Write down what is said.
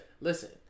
listen